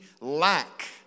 lack